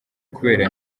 kubera